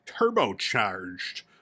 Turbocharged